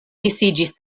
disiĝis